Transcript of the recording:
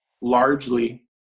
largely